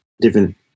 different